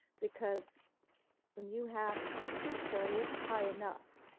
because when you have a two story, it's high enough,